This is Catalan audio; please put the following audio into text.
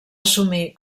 assumir